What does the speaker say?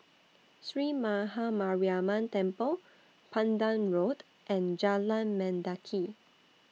Sree Maha Mariamman Temple Pandan Road and Jalan Mendaki